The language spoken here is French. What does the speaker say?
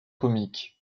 comique